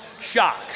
shock